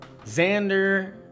Xander